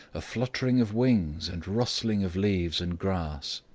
a fluttering of wings, and rustling of leaves and grass.